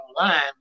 online